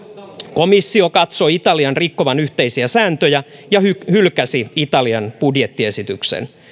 komissio katsoi italian rikkovan yhteisiä sääntöjä ja hylkäsi italian budjettiesityksen